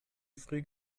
früh